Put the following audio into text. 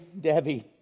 Debbie